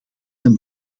een